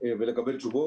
ולקבל תשובות.